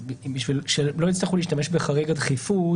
אז בשביל שלא יצטרכו להשתמש בחריג הדחיפות,